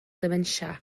dementia